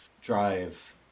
drive